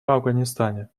афганистане